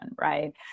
right